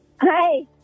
Hi